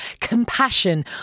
compassion